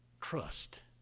Trust